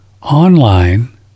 online